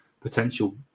potential